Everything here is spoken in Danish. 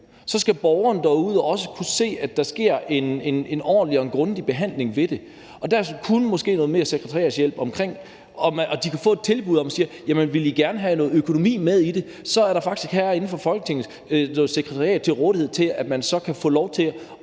skal borgeren derude også kunne se, at der sker en ordentlig og en grundig behandling af det. Og der kunne der måske være noget mere sekretariatshjælp omkring det, og de kunne få et tilbud, hvor man spørger: Vil I gerne have noget økonomi med i det? Så er der faktisk herinde i Folketinget et sekretariat til rådighed, som kan hjælpe med